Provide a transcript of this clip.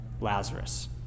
Lazarus